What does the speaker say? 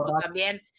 también